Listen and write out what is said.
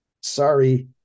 Sorry